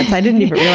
i didn't even